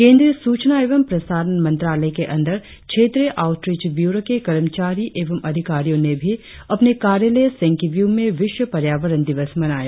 केंद्रीय सूचना एवं प्रसारण मंत्रालय के अंदर क्षत्रीय आउटरीच ब्यूरो के कर्मचारी एवं अधिकारियों ने भी अपने कार्यालय सेन्की व्यू में विश्व पर्यावरण दिवस मनाया